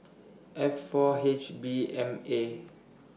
F four H B M A